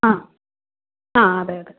ആ അ അതെ അതെ